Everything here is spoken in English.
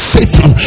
Satan